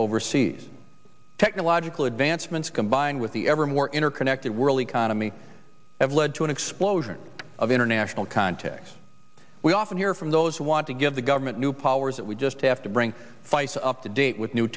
overseas technological advancements combined with the ever more interconnected world economy have led to an explosion of international context we often hear from those who want to give the government new powers that we just have to bring face up to date with new